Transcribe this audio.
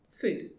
food